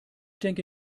denke